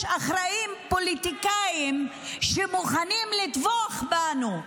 אחראים פוליטיקאים שמוכנים לטבוח בנו,